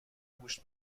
گوشت